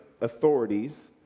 authorities